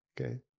Okay